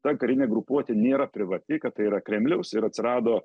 ta karinė grupuotė nėra privati kad tai yra kremliaus ir atsirado